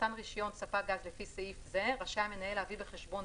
במתן רישיון ספק גז לפי סעיף זה רשאי המנהל להביא בחשבון,